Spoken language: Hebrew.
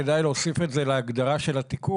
כדאי להוסיף את זה להגדרה של התיקון,